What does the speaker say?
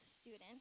student